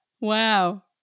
Wow